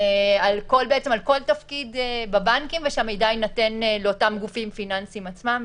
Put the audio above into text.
כל תפקיד בבנקים ושהמידע יינתן לאותם גופים פיננסיים עצמם.